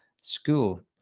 school